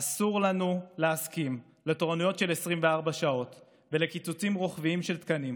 אסור לנו להסכים לתורניות של 24 שעות ולקיצוצים רוחביים של תקנים,